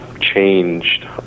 changed